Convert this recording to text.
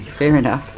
fair enough.